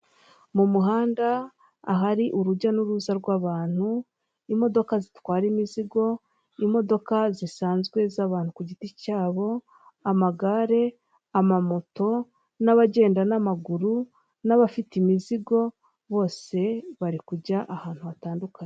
Mu muhanda ahari urujya n'uruza rw'abantu, imodoka zitwara imizigo, imodoka zisanzwe z'abantu ku giti cyabo, amagare, amamoto, n'abagenda n'amaguru, n'abafite imizigo bose bari kujya ahantu hatandukanye.